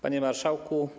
Panie Marszałku!